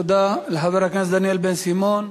תודה לחבר הכנסת בן-סימון.